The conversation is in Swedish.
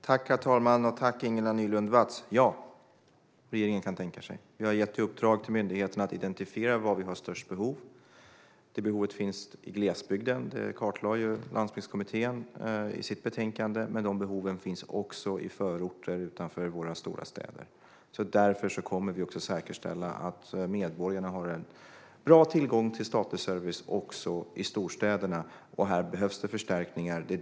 Herr talman! Jag tackar Ingela Nylund Watz. Ja, regeringen kan tänka sig det. Vi har gett i uppdrag till myndigheterna att identifiera var vi har störst behov. Behovet finns i glesbygden, vilket Landsbygdskommittén kartlade i sitt betänkande, men det finns också i förorterna utanför våra stora städer. Därför kommer vi att säkerställa att medborgarna har en god tillgång till statlig service också i storstäderna. Här behövs förstärkningar.